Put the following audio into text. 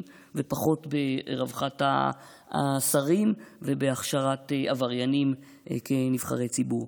ופחות ברווחת השרים ובהכשרת עבריינים כנבחרי ציבור.